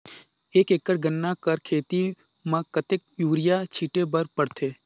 एक एकड़ गन्ना कर खेती म कतेक युरिया छिंटे बर पड़थे?